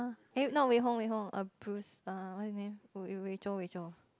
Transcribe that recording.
eh no Wei-Hong Wei-Hong err Bruce err what his name Wei-Zhou Wei-Zhou